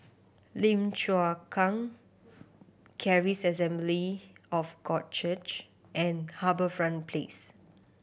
Lim Chu Kang Charis Assembly of God Church and HarbourFront Place